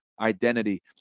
identity